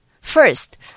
First